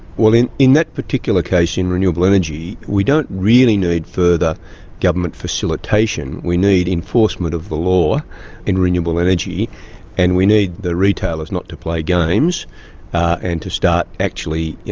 well, in in that particular case, in renewable energy, we don't really need further government facilitation we need enforcement of the law in renewable energy and we need the retailers not to play games and to start actually